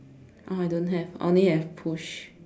oh I don't have I only have push